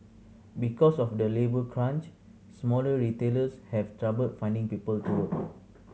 because of the labour crunch smaller retailers have trouble finding people to work